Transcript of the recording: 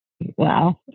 wow